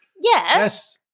yes